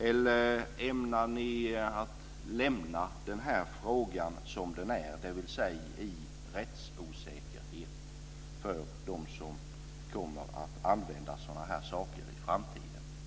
Eller ämnar ni lämna denna fråga som den är, dvs. med en rättsosäkerhet för dem som kommer att använda dessa varor i framtiden?